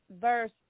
verse